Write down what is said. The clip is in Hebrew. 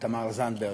תמר זנדברג.